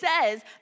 says